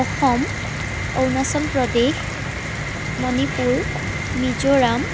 Assam Arunachal Pradesh Manipur Mizoram